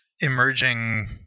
emerging